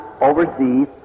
overseas